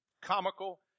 comical